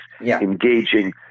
engaging